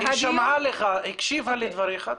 היא הקשיבה לדבריך.